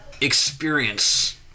experience